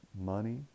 money